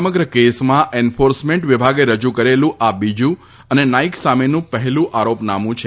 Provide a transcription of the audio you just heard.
સમગ્ર કેસમાં એન્ફોર્સમેન્ટ વિભાગે રજૂ કરેલું આ બીજું અને નાઇક સામેનું પહેલું આરોપનામું છે